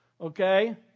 okay